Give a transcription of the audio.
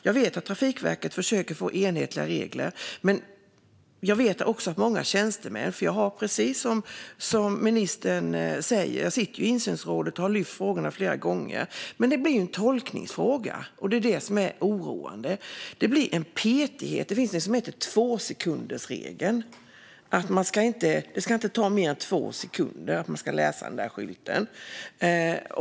Jag vet att Trafikverket försöker skapa enhetliga regler. Precis som ministern säger sitter jag i insynsrådet, och jag har lyft upp frågorna flera gånger. Där finns många tjänstemän, och det blir en tolkningsfråga - och det är oroande. Det blir en petighet. Där finns till exempel tvåsekundersregeln, det vill säga att det inte ska ta mer än två sekunder att läsa en skylt.